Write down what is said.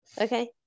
Okay